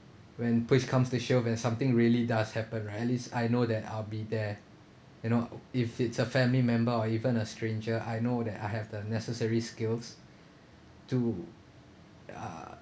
when push comes to shove when something really does happen right at least I know that I'll be there you know if it's a family member or even a stranger I know that I have the necessary skills to uh